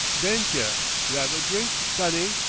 ben't ye, to hev a drink, sonny?